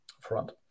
front